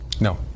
No